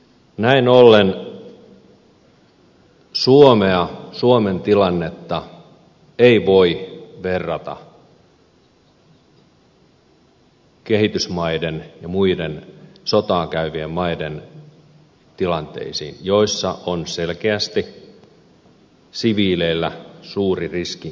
näin ollen suomea suomen tilannetta ei voi verrata kehitysmaiden ja muiden sotaa käyvien maiden tilanteisiin joissa on selkeästi siviileillä suuri riski astua miinaan